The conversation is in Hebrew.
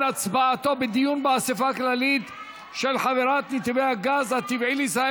הצבעתו בדיון באספה כללית של חברת נתיבי הגז הטבעי לישראל